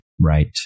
Right